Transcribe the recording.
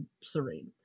Serene